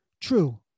True